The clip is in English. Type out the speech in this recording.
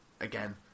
again